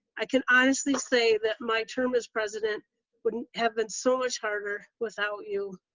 i can honestly say that my term as president would and have been so much harder without you.